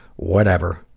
whatever,